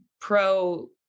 pro